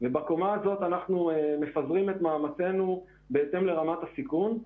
בקומה הזאת אנחנו מפזרים את מאמצנו בהתאם לרמת הסיכון.